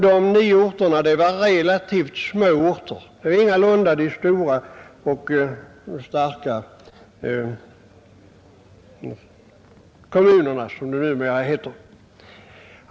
De nio orterna var relativt små och tillhörde ingalunda de stora och starka kommunerna, som det numera heter.